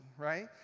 right